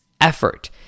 effort